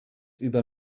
über